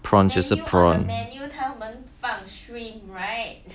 prawn 就是 prawn